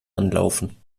anlaufen